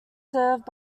served